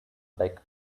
back